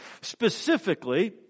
Specifically